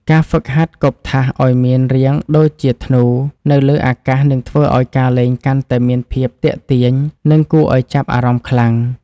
ការហ្វឹកហាត់គប់ថាសឱ្យមានរាងដូចជាធ្នូនៅលើអាកាសនឹងធ្វើឱ្យការលេងកាន់តែមានភាពទាក់ទាញ និងគួរឱ្យចាប់អារម្មណ៍ខ្លាំង។